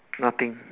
nothing